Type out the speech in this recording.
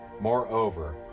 moreover